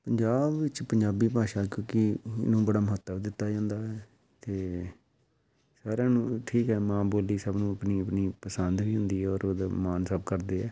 ਪੰਜਾਬ ਵਿੱਚ ਪੰਜਾਬੀ ਭਾਸ਼ਾ ਕਿਉਂਕਿ ਇਹਨੂੰ ਬੜਾ ਮਹੱਤਵ ਦਿੱਤਾ ਜਾਂਦਾ ਹੈ ਅਤੇ ਸਾਰਿਆਂ ਨੂੰ ਠੀਕ ਹੈ ਮਾਂ ਬੋਲੀ ਸਭ ਨੂੰ ਆਪਣੀ ਆਪਣੀ ਪਸੰਦ ਵੀ ਹੁੰਦੀ ਹੈ ਔਰ ਉਹਦਾ ਮਾਣ ਸਭ ਕਰਦੇ ਹੈ